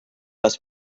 les